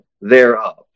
thereof